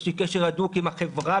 יש לי קשר הדוק עם החברה